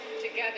together